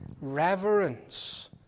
Reverence